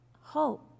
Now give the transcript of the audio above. hope